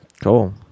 Cool